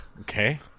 Okay